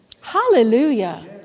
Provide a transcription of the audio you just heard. Hallelujah